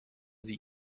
sie